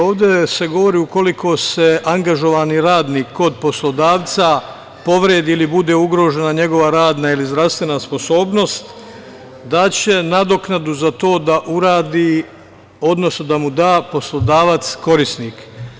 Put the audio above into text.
Ovde se govori ukoliko se angažovani radnik kod poslodavca povredi ili bude ugrožena njegova radna ili zdravstvena sposobnost da će nadoknadu za to da mu da poslodavac korisnik.